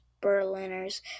Berliners